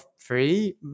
three